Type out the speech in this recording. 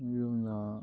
ꯑꯗꯨꯅ